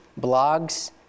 blogs